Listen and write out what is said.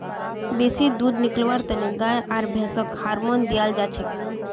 बेसी दूध निकलव्वार तने गाय आर भैंसक हार्मोन दियाल जाछेक